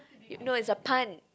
no it's a pun